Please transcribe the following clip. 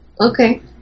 Okay